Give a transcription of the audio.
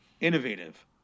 innovative